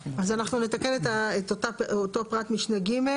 אז אנחנו נתקן את אותו פרט משנה ג'.